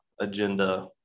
agenda